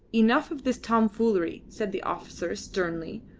enough of this tomfoolery, said the officer sternly,